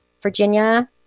Virginia